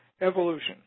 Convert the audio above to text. evolution